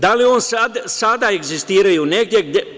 Da li oni sada egzistiraju negde?